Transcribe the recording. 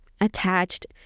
attached